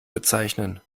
bezeichnen